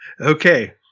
Okay